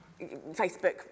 Facebook